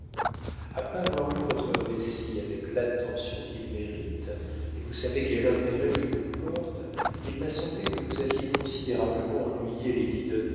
après avoir lu votre récit avec l'attention qu'il mérite et vous savez quel intérêt je vous porte il m'a semblé que vous aviez considérablement ennuyé